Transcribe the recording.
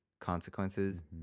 consequences